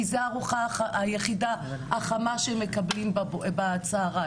כי זו הארוחה היחידה החמה שהם מקבלים בצהריים.